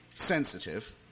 sensitive